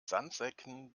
sandsäcken